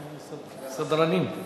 סדרנים,